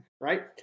right